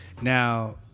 Now